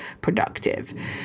productive